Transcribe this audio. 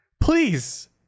Please